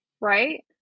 Right